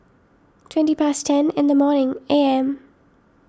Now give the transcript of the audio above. twenty past ten in the morning A M